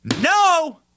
No